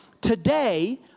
today